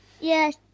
Yes